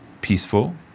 peaceful